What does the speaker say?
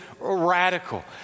radical